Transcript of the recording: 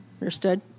Understood